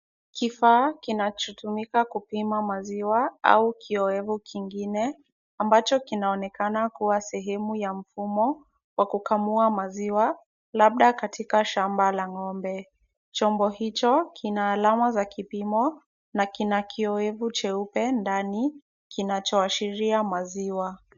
Kifaa kinachotumika kupima maziwa au kioevu kingine, ambacho kinaonekana kuwa sehemu ya mfumo wa kukamua maziwa, labda katika shamba la ng'ombe. Chombo hicho kina alama za kipimo na kina kioevu cheupe ndani, kinachoashiria maziwa.